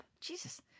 Jesus